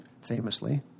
famously